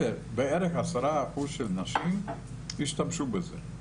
10% של נשים השתמשו בזה.